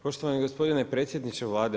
Poštovani gospodine predsjedniče Vlade.